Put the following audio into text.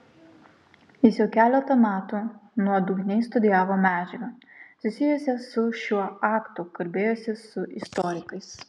jis jau keletą metų nuodugniai studijavo medžiagą susijusią su šiuo aktu kalbėjosi su istorikais